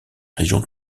régions